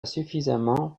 suffisamment